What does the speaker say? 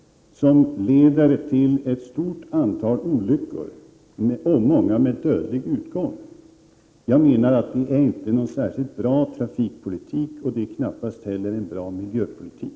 Det leder i stället till ett stort antal olyckor, många med dödlig utgång. Det är inte någon särskilt bra trafikpolitik, och knappast heller någon bra miljöpolitik.